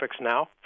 now